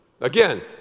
Again